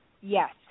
Yes